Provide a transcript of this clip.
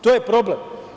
To je problem.